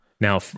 Now